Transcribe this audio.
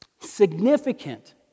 significant